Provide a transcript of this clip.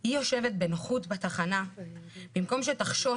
היא יושבת בנוחות בתחנה במקום שתחשוש,